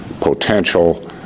potential